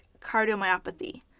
cardiomyopathy